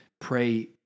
pray